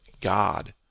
God